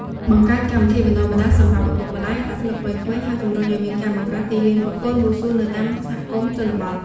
បង្កើតកម្មវិធីបណ្ដុះបណ្ដាលសម្រាប់ឪពុកម្ដាយអត្តពលិកវ័យក្មេង ហើយជំរុញឲ្យមានការបង្កើតទីលានហ្វឹកហ្វឺនវ៉ូស៊ូនៅតាមសហគមន៍ជនបទ។